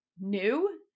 new